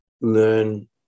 learn